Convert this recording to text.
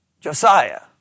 Josiah